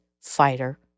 Fighter